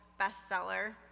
bestseller